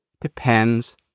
Depends